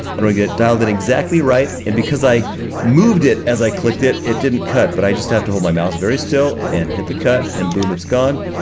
but we're gonna get dialed in exactly right, and because i moved it as i clicked it, it didn't cut, but i just have to hold my mouse very still and hit the cut and boom, it's gone.